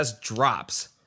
Drops